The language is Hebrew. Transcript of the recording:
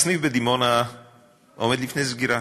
הסניף בדימונה עומד לפני סגירה.